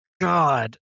God